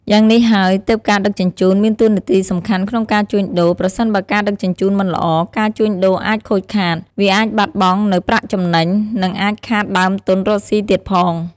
យ៉ាងនេះហើយទើបការដឹកជញ្ជូន មានតួនាទីសំខាន់ក្នុងការជួញដូរ ប្រសិនបើការដឹកជញ្ជូនមិនល្អ ការជួញដូរអាចខូចខាត វាអាចបាត់បង់នៅប្រាក់ចំណេញ និងអាចខាតដើមទន់រកស៊ីទៀតផង។